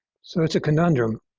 so it's a conundrum.